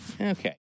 Okay